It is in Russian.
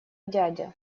дядя